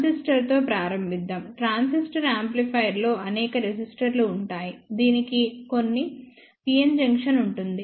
ట్రాన్సిస్టర్తో ప్రారంభిద్దాం ట్రాన్సిస్టర్ యాంప్లిఫైయర్లో అనేక రెసిస్టర్లు ఉంటాయి దీనికి కొన్ని p n జంక్షన్ ఉంటుంది